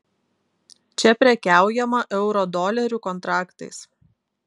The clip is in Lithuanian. čia prekiaujama eurodolerių kontraktais